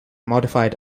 modified